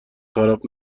خراب